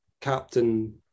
captain